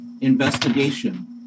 investigation